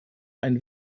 einen